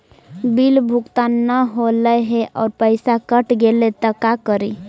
Bill भुगतान न हौले हे और पैसा कट गेलै त का करि?